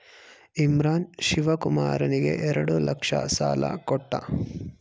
ಇಮ್ರಾನ್ ಶಿವಕುಮಾರನಿಗೆ ಎರಡು ಲಕ್ಷ ಸಾಲ ಕೊಟ್ಟ